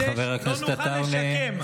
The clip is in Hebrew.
לא נוכל לשקם,